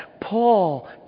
Paul